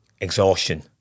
exhaustion